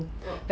mm